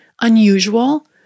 unusual